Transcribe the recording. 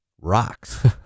rocks